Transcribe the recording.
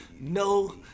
No